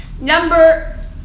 Number